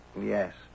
Yes